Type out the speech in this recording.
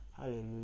Hallelujah